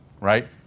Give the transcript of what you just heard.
right